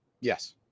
Yes